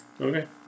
Okay